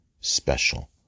special